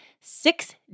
six